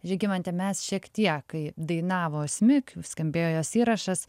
žygimante mes šiek tiek kai dainavo asmik skambėjo jos įrašas